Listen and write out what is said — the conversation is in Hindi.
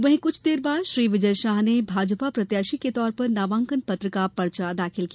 वहीं कुछ देर बाद श्री विजय शाह ने भाजपा प्रत्याशी के तौर पर नामांकनपत्र का पर्चा दाखिल किया